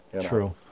True